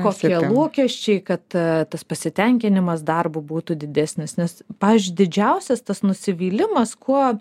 kokie lūkesčiai kad tas pasitenkinimas darbu būtų didesnis nes pavyzdžiui didžiausias tas nusivylimas kuo